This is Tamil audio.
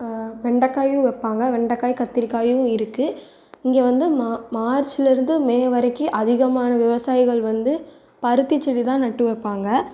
வெண்டைக்காயும் வைப்பாங்க வெண்டைக்காய் கத்திரிக்காயும் இருக்குது இங்கே வந்து மா மார்ச்சில் இருந்து மே வரைக்கும் அதிகமான விவசாயிகள் வந்து பருத்தி செடி தான் நட்டு வைப்பாங்க